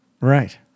Right